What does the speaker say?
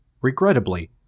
Regrettably